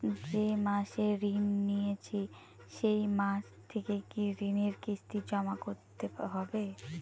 যে মাসে ঋণ নিয়েছি সেই মাস থেকেই কি ঋণের কিস্তি জমা করতে হবে?